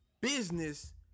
business